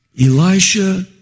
Elisha